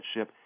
ship